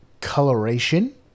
coloration